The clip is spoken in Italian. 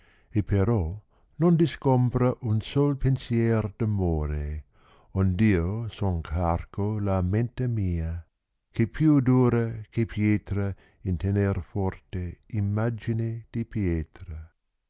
e però non disgombra un sol pensier d amore ond io son carco la mente mia eh è più dura che pietra in tener forte immagine di pìeti